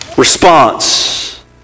Response